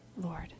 Lord